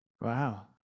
wow